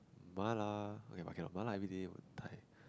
mala okay but cannot mala everyday will die